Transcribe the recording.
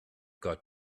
got